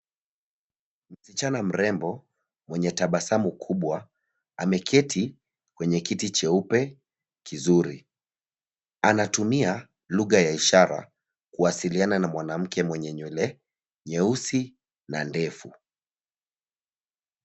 Msichana mrembo, mwenye tabasamu kubwa, ameketi kwenye kiti cheupe kizuri. Anatumia lugha ya ishara kuwasiliana na mwanamke mwenye nywele nyeusi na ndefu.